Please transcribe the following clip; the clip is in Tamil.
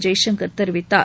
ஜெய்சங்கர் தெரிவித்தார்